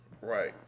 Right